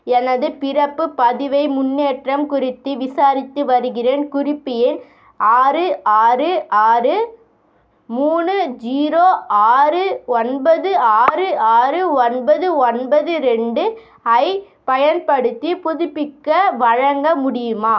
எனது பிறப்பு பதிவை முன்னேற்றம் குறித்து விசாரித்து வருகிறேன் குறிப்பு எண் ஆறு ஆறு ஆறு மூணு ஜீரோ ஆறு ஒன்பது ஆறு ஆறு ஒன்பது ஒன்பது ரெண்டு ஐப் பயன்படுத்தி புதுப்பிக்க வழங்க முடியுமா